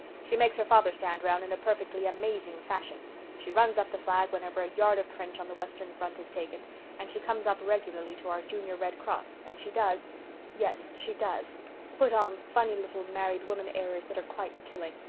she makes her father stand round in a perfectly amazing fashion she runs up the flag whenever a yard of trench on the western front is taken and she comes up regularly to our junior red cross and she does yes, she does put on funny little married woman airs that are quite killing.